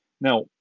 Now